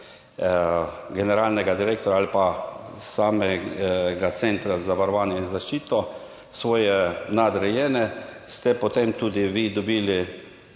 generalnega direktorja ali pa samega centra za varovanje in zaščito svoje nadrejene, ste potem tudi vi dobili